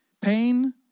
Pain